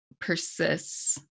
persists